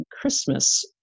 Christmas